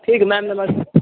ठीक है मैम नमस्ते